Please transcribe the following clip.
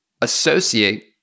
associate